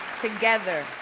together